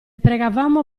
pregavamo